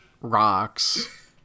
rocks